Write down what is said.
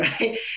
right